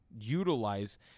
utilize